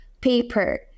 paper